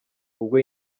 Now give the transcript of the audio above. ubwo